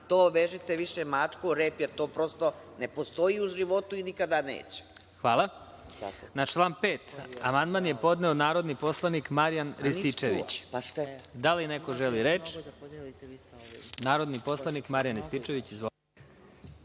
to vežite više mačku o rep, jer to prosto ne postoji u životu i nikada neće. **Đorđe Milićević** Hvala. Na član 5. amandman je podneo narodni poslanik Marijan Rističević. Da li neko želi reč? (Da.)Narodni poslanik Marijan Rističević. Izvolite.